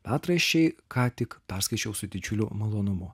metraščiai ką tik perskaičiau su didžiuliu malonumu